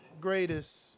greatest